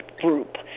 group